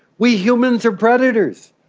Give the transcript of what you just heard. we humans are predators.